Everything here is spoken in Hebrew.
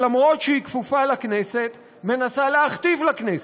שלמרות שהיא כפופה לכנסת, מנסה להכתיב לכנסת,